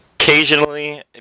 occasionally